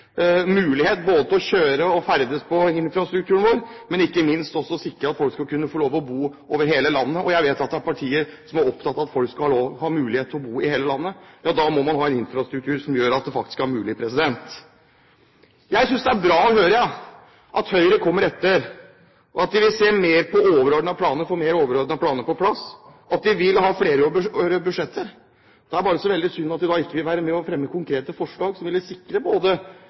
mulighet til både å kjøre og ferdes på infrastrukturen vår, men ikke minst også sikre at folk skal kunne få lov til å bo over hele landet. Jeg vet at det er partier som er opptatt av at folk skal ha mulighet til å bo i hele landet, men da må man ha en infrastruktur som gjør at det faktisk er mulig. Jeg synes det er bra å høre at Høyre kommer etter, og at de vil få mer overordnede planer på plass, og at de vil ha flerårige budsjetter. Det er bare så veldig synd at de da ikke vil være med og fremme konkrete forslag som ville